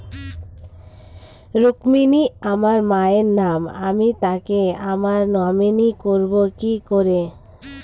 রুক্মিনী আমার মায়ের নাম আমি তাকে আমার নমিনি করবো কি করে?